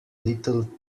little